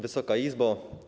Wysoka Izbo!